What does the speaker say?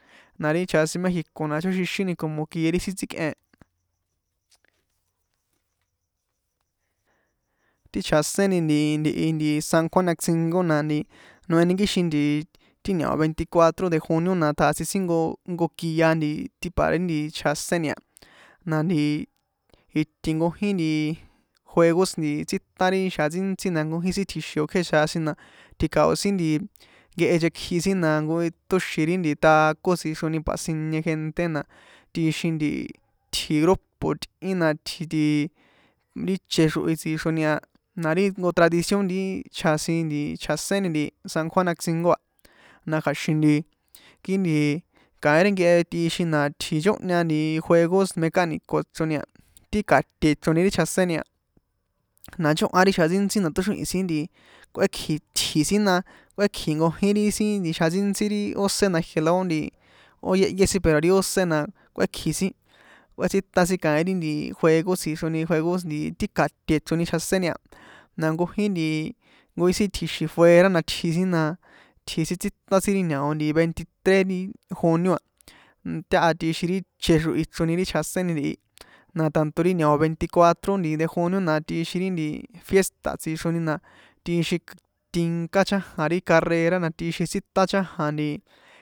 Sin na ri chjasin mexico na chóxixíni como kie ri sin tsíkꞌen, ti chjaséni nti ntihi san juan atzingo na nohe kixin ti ñao.